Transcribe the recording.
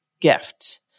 gift